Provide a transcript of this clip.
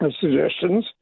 suggestions